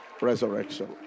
resurrection